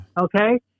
Okay